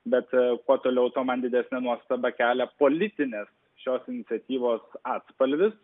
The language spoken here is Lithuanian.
bet kuo toliau tuo man didesnę nuostabą kelia politinis šios iniciatyvos atspalvis